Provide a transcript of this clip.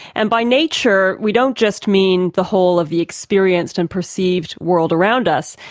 and by nature we don't just mean the whole of the experienced and perceived world around us,